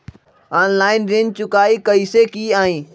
Online ऋण चुकाई कईसे की ञाई?